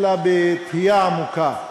אלא בתהייה עמוקה.